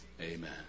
Amen